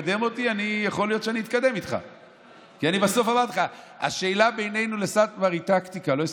עכשיו השאלה היא טקטית,